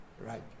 Right